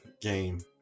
game